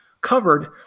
covered